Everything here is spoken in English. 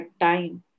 time